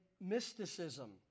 mysticism